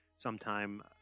Sometime